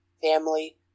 family